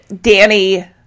Danny